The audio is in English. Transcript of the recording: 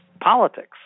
politics